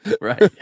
right